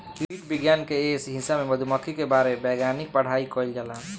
कीट विज्ञान के ए हिस्सा में मधुमक्खी के बारे वैज्ञानिक पढ़ाई कईल जाला